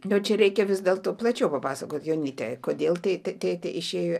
jau čia reikia vis dėl to plačiau papasakot janyte kodėl tėtė tėtė išėjo į